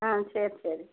ஆ சரி சரி